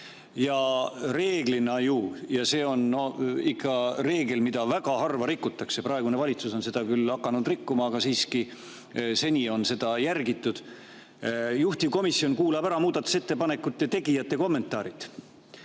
Ja reeglina – see on reegel, mida väga harva rikutakse, praegune valitsus on seda küll hakanud rikkuma, aga seni on seda siiski järgitud – juhtivkomisjon kuulab ära muudatusettepanekute tegijate kommentaarid,